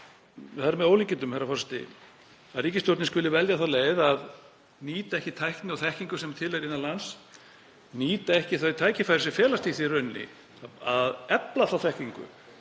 Það er með ólíkindum, herra forseti, að ríkisstjórnin skuli velja þá leið að nýta ekki tækni og þekkingu sem til er innan lands, nýta ekki þau tækifæri sem felast í því að efla þá þekkingu